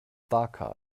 dhaka